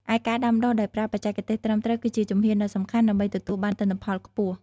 ឯការដាំដុះដោយប្រើបច្ចេកទេសត្រឹមត្រូវ គឺជាជំហានដ៏សំខាន់ដើម្បីទទួលបានទិន្នផលខ្ពស់។